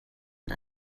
und